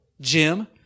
Jim